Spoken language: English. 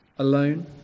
Alone